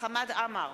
חמד עמאר,